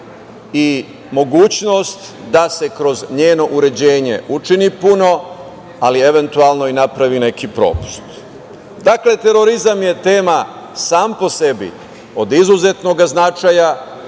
i mogućnost da se kroz njeno uređenje učini puno, ali eventualno napravi i neki propust. Dakle, terorizam je tema sam po sebi od izuzetnog značaja